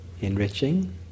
Enriching